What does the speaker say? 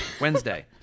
Wednesday